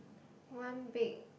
one big